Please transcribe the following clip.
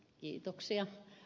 kiitos